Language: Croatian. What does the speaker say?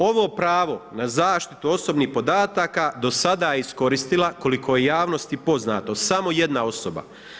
Ovo pravo na zaštitu osobnih podataka do sada je iskoristila koliko je javnosti poznato samo jedna osoba.